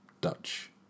Dutch